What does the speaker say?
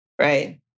right